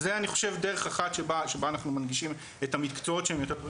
זה אני חושב דרך אחת שבה אנחנו מנגישים את המקצועות שהן יותר,